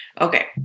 okay